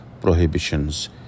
prohibitions